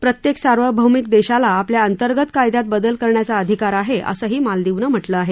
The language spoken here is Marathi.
प्रत्येक सार्वभौमिक देशाला आपल्या अंतर्गत कायद्यात बदल करण्याचा अधिकार आहे असंही मालदीवनं म्हटलं आहे